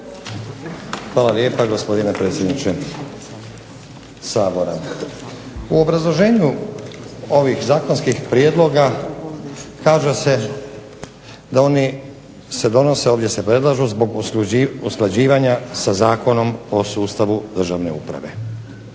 Hvala lijepa gospodine predsjedniče Sabora. U obrazloženju ovih zakonskih prijedloga kaže se da se oni donose ovdje se predlažu zbog usklađivanja sa Zakonom o sustavu državne uprave.